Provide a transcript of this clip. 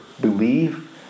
believe